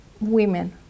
women